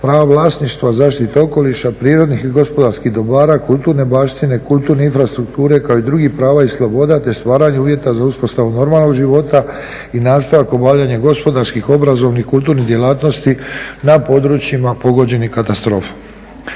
prava vlasništva, zaštitu okoliša, prirodnih i gospodarskih dobara, kulturne baštine, kulturne infrastrukture kao i drugih prava i sloboda te stvaranje uvjeta za uspostavu normalnog života i nastavak obavljanja gospodarskih, obrazovnih, kulturnih djelatnosti na područjima pogođenim katastrofom.